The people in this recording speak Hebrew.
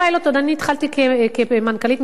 יש פיילוט, עוד אני התחלתי, כמנכ"לית משרד החינוך.